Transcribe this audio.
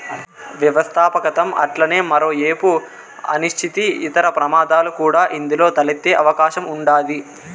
వ్యవస్థాపకతం అట్లనే మరో ఏపు అనిశ్చితి, ఇతర ప్రమాదాలు కూడా ఇందులో తలెత్తే అవకాశం ఉండాది